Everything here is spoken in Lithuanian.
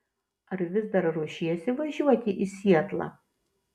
ar vis dar ruošiesi važiuoti į sietlą